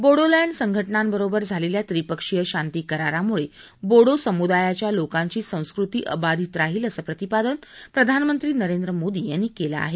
बोडोलँड संघटनांबरोबर झालेल्या त्रिपक्षीय शांती करारामुळे बोडो समुदायाच्या लोकांची संस्कृती अबाधित राहील असं प्रतिपादन प्रधानमंत्री नरेंद्र मोदी यांनी केलं आहे